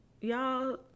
Y'all